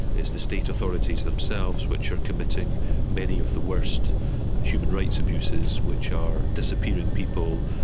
it's the state authorities themselves which are committing many of the worst human rights abuses which are disappearing people,